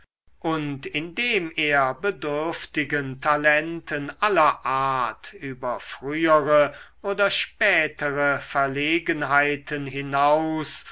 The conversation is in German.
und indem er bedürftigen talenten aller art über frühere oder spätere verlegenheiten hinaus